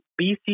BC